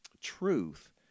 truth